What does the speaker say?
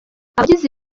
abagize